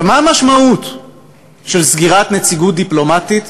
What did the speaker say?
מה המשמעות של סגירת נציגות דיפלומטית